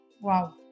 Wow